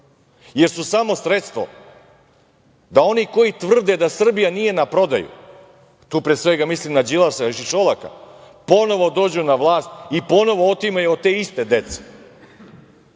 jer su samo sredstvo da oni koji tvrde da Srbija nije na prodaju, tu pre svega mislim na Đilasa i Šolaka, ponovo dođu na vlast i ponovo otimaju od te iste dece.